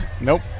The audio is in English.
Nope